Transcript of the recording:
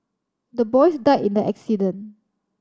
the boys died in the accident